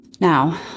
Now